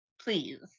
Please